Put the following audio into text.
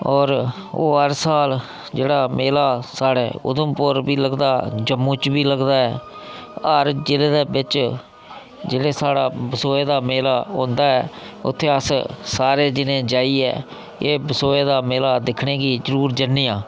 ओह् हर साल जेह्ड़ा मेला साढ़े उधमपुर च बी लगदा जम्मू च बी लगदा ऐ हर जिले दे बिच जेह्ड़ा साढ़ा बसोए दा मेला होंदा ऐ उत्थें अस सारे जनें जाइयै एह् बसोए दा मेला दिक्खने गी जरूर जन्ने आं